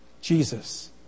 Jesus